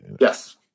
Yes